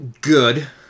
good